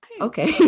okay